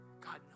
God